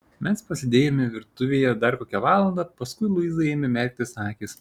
mes pasėdėjome virtuvėje dar kokią valandą paskui luizai ėmė merktis akys